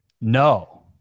No